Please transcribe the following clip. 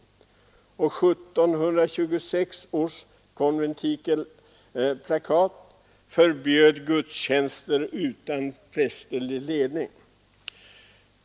1726 års konventikelplakat förbjöd gudstjänster utan prästerlig ledning.